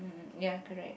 mm ya correct